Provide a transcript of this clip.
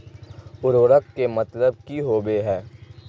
उर्वरक के मतलब की होबे है?